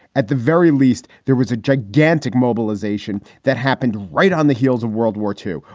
at the very least, there was a gigantic mobilization that happened right on the heels of world war two,